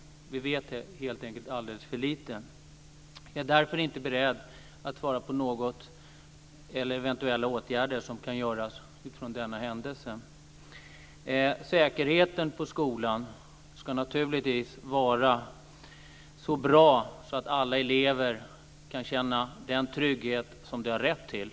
Vi vet helt enkelt alldeles för lite. Jag är därför inte beredd att svara på frågan om eventuella åtgärder som kan vidtas utifrån denna händelse. Säkerheten på skolan ska naturligtvis vara så bra att alla elever kan känna den trygghet som de har rätt till.